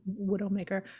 Widowmaker